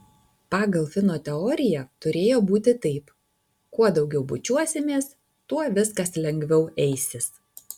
pagal fino teoriją turėjo būti taip kuo daugiau bučiuosimės tuo viskas lengviau eisis